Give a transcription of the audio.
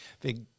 big